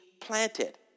planted